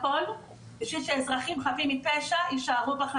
הכל זה אומר הכל בשביל שאזרחים חפים מפשע יישארו בחיים,